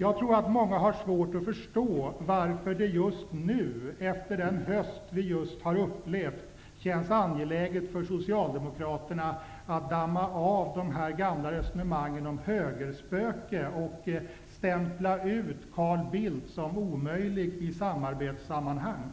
Jag tror att många har svårt att förstå varför det just nu, efter den höst vi just har upplevt, känns angeläget för socialdemokraterna att damma av de gamla resonemangen om högerspöke och stämpla ut Carl Bildt som omöjlig i samarbetssammanhang.